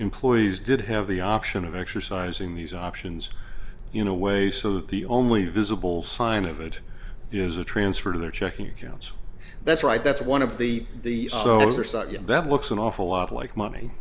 employees did have the option of exercising these options in a way so that the only visible sign of it is a transfer to their checking accounts that's right that's one of the the that looks an awful lot like money